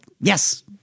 yes